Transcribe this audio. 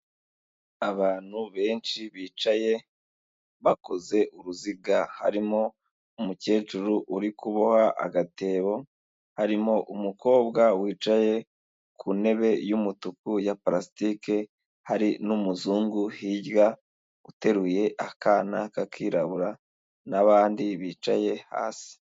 Abantu benshi bicaye bakoze uruziga harimo umukecuru uri kuboha agatebo, harimo umukobwa wicaye ku ntebe y'umutuku ya palasitike, hari n'umuzungu, hirya uteruye akana k'akirarabura n'abandi bicaye hasi.